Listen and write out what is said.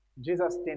Jesus